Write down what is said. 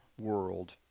world